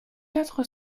quatre